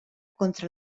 contra